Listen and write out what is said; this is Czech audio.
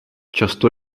často